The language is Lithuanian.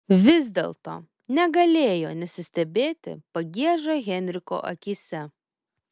vis dėlto negalėjo nesistebėti pagieža henriko akyse